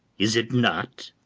is it not?